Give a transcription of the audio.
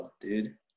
dude